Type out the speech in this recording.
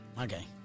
Okay